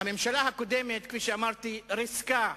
הממשלה הקודמת, כפי שאמרתי, ריסקה